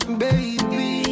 baby